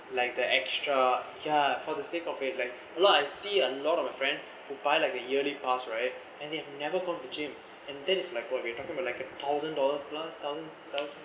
like the extra yeah for the sake of it like lot I see a lot of my friend who buy like a yearly pass right and they have never go to the gym and that is like what we are talking about like a thousand dollars plus thousand seven